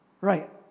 Right